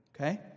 Okay